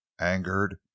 angered